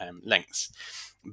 lengths